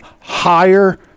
higher